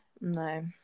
No